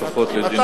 לפחות לדיון,